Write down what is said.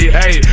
hey